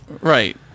Right